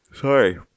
Sorry